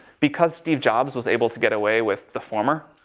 because steve jobs was able to get away with the former